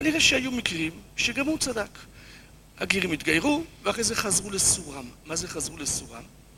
כנראה שהיו מקרים שגם הוא צדק, הגרים התגיירו ואחרי זה חזרו לסורם, מה זה חזרו לסורם?